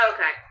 Okay